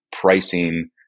pricing